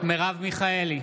מרב מיכאלי,